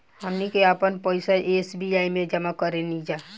हमनी के आपन पइसा एस.बी.आई में जामा करेनिजा